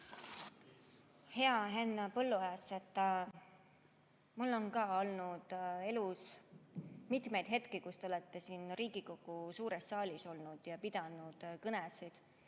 Hea Henn Põlluaas! Mul on ka olnud elus hetki, kus te olete siin Riigikogu suures saalis olnud ja pidanud kõnesid